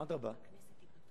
אדרבה,